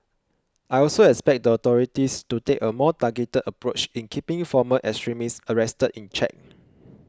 I also expect the authorities to take a more targeted approach in keeping former extremists arrested in check